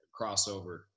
crossover